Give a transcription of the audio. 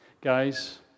Guys